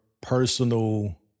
personal